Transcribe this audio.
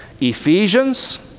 Ephesians